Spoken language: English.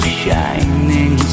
shining